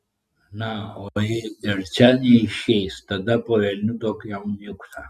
na o jei ir čia neišeis tada po velnių duok jam niuksą